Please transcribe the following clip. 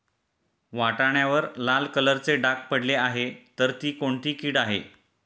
वाटाण्यावर लाल कलरचे डाग पडले आहे तर ती कोणती कीड आहे?